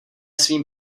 svým